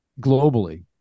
Globally